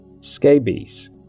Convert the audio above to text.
scabies